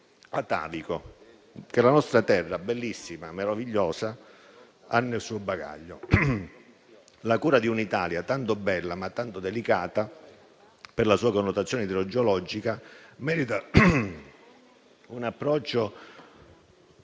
atavico che la nostra terra, bellissima e meravigliosa, ha nel suo bagaglio. La cura di un'Italia tanto bella, ma tanto delicata per la sua connotazione idrogeologica, merita un approccio